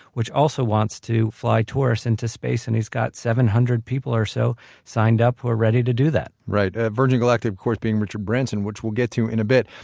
which also wants to fly tourists into space and he's got seven hundred people or so signed up who are ready to do that right. ah virgin galactic, of course, being richard branson, which we'll get to in a bit.